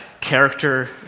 character